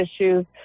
issues